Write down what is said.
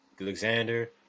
Alexander